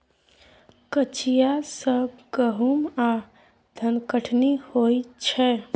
कचिया सँ गहुम आ धनकटनी होइ छै